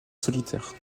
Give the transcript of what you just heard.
solitaire